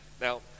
Now